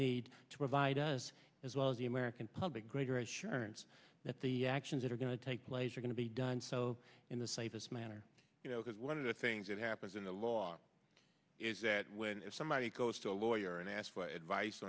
need to provide us as well as the american public greater assurance that the actions that are going to take place are going to be done so in the safest manner because one of the things that happens in the law is that when somebody goes to a lawyer and ask for advice